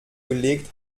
gelegt